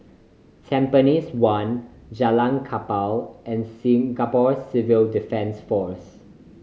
Tampines One Jalan Kapal and Singapore Civil Defence Force